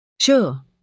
Sure